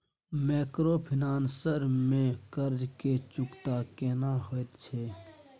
Microfinance में कर्ज के चुकता केना होयत छै?